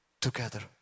together